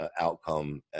outcome